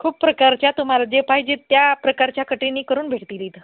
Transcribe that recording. खूप प्रकारच्या तुम्हाला जे पाहिजेत त्या प्रकारच्या कटीनी करून भेटतील इथं